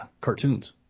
cartoons